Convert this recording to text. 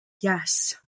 Yes